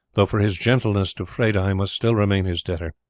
though for his gentleness to freda i must still remain his debtor.